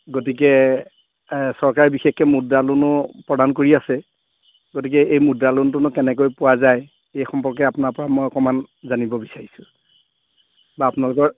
গতিকে চৰকাৰে বিশেষকৈ মুদ্ৰা লোনো প্ৰদান কৰি আছে গতিকে এই মুদ্ৰা লোনটোনো কেনেকৈ পোৱা যায় এই সম্পৰ্কে আপোনাৰ পৰা মই অকণমান জানিব বিচাৰিছোঁ বা আপোনালোকৰ